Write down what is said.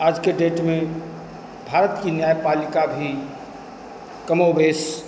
आज के डेट में भारत की न्यायपालिका भी कमोवेस